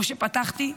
כמו שפתחתי,